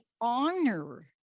honor